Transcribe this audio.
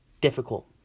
Difficult